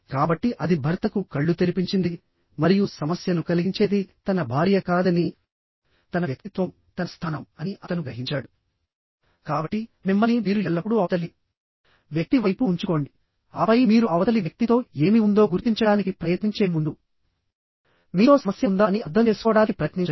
కాబట్టి అది భర్తకు కళ్లు తెరిపించింది మరియు సమస్యను కలిగించేది తన భార్య కాదని కాబట్టిమిమ్మల్ని మీరు ఎల్లప్పుడూ అవతలి వ్యక్తి వైపు ఉంచుకోండిఆపై మీరు అవతలి వ్యక్తితో ఏమి ఉందో గుర్తించడానికి ప్రయత్నించే ముందు మీతో సమస్య ఉందా అని అర్థం చేసుకోవడానికి ప్రయత్నించండి